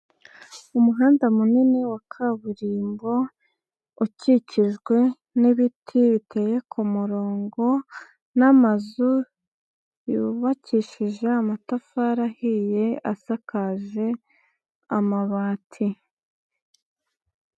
Umuhanda munini wa kaburimbo ukikijwe n'ibiti biteye ku murongo n'amazu yubakishije amatafari ahiye asakaje amabati.